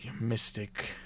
mystic